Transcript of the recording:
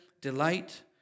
delight